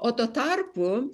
o tuo tarpu